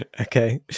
Okay